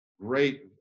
great